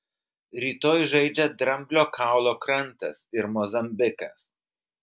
rytoj žaidžia dramblio kaulo krantas ir mozambikas